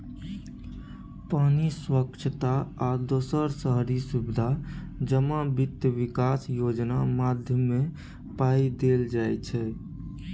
पानि, स्वच्छता आ दोसर शहरी सुबिधा जमा बित्त बिकास योजना माध्यमे पाइ देल जाइ छै